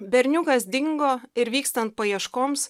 berniukas dingo ir vykstant paieškoms